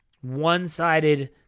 one-sided